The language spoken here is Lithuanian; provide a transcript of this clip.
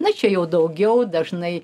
na čia jau daugiau dažnai